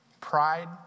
Pride